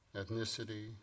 ethnicity